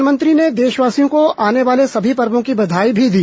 प्रधानमंत्री ने देशवासियों को आने वाले सभी पर्वों की बधाई भी दी